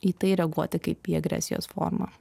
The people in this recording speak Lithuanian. į tai reaguoti kaip į agresijos formą